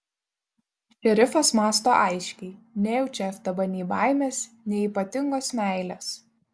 šerifas mąsto aiškiai nejaučia ftb nei baimės nei ypatingos meilės